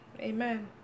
Amen